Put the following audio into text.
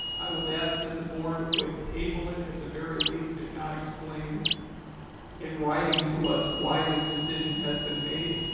i would ask that the board would table it, at the very least, if not explain in writing to us why this decision has been made.